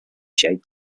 shade